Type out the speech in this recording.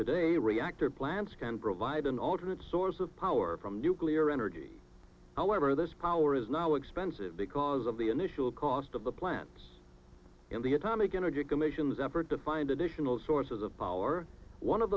today reactor plants can provide an alternate source of power from nuclear energy however this power is now expensive because of the initial cost of the plants in the atomic energy commission his effort to find it is no sources of power one of